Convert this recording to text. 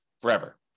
forever